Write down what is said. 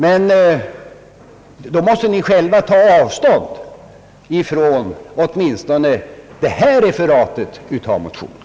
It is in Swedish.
Men då måste ni själva ta avstånd åtminstone från detta referat av motionen.